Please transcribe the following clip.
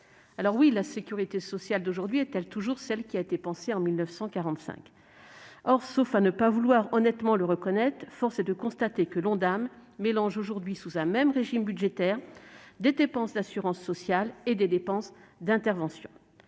de santé. La sécurité sociale d'aujourd'hui est-elle toujours celle qui a été pensée en 1945 ? Sauf à ne pas vouloir honnêtement le reconnaître, force est de constater que l'Ondam mélange aujourd'hui, sous un même régime budgétaire, des dépenses d'assurance sociale et des dépenses d'intervention.